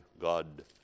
God